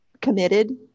committed